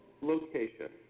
location